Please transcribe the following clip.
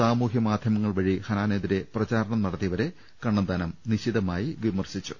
സാമൂഹ്യ മാധ്യമങ്ങൾ വഴി ഹനാ നെതിരെ പ്രചാരണം നടത്തിയവരെ കണ്ണന്താനം നിശിതമായി വിമർശിച്ചു